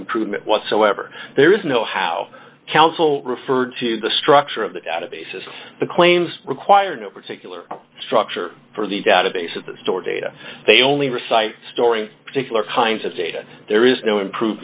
improvement whatsoever there is no how council referred to the structure of the database as the claims require no particular structure for the database of the store data they only recite storing particular kinds of data there is no improve